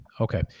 Okay